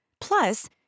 Plus